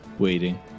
Waiting